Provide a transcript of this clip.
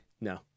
No